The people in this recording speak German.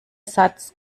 satz